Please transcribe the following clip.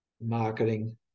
marketing